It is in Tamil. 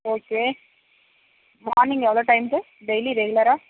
ஓகே மார்னிங் எவ்வளோ டைமுக்கு டெய்லி ரெகுலராக